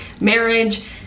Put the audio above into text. marriage